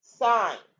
signs